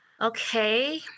okay